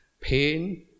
pain